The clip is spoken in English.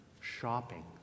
shopping